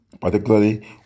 particularly